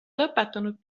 lõpetanud